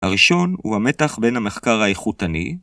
הראשון הוא המתח בין המחקר האיכותני.